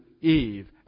Eve